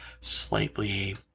slightly